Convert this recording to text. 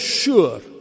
sure